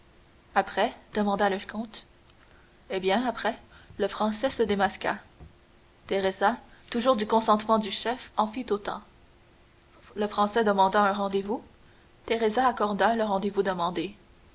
après demanda le comte eh bien après le français se démasqua teresa toujours du consentement du chef en fit autant le français demanda un rendez-vous teresa accorda le rendez-vous demandé